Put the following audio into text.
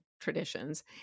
traditions